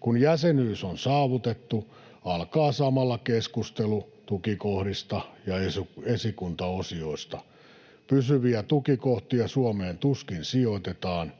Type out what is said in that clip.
Kun jäsenyys on saavutettu, alkaa samalla keskustelu tukikohdista ja esikuntaosioista. Pysyviä tukikohtia Suomeen tuskin sijoitetaan,